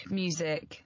music